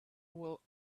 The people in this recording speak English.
will